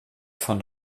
von